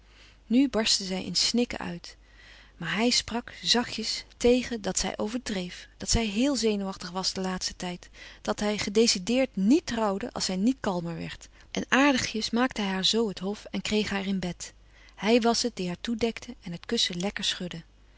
nu barstte zij in snikken uit maar hij sprak zachtjes tegen dat zij overdreef dat zij héel zenuwachtig was den laatsten tijd dat hij gedecideerd niet trouwde als zij niet kalmer werd en aardigjes maakte hij haar zoo het hof en kreeg haar in bed hij was het die haar toedekte en het kussen lekker schudde